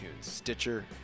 Stitcher